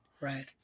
Right